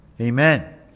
Amen